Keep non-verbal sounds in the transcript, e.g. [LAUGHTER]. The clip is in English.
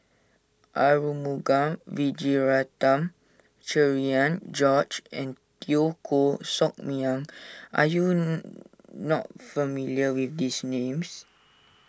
Arumugam Vijiaratnam Cherian George and Teo Koh Sock Miang are you [HESITATION] not familiar with these names